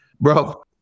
bro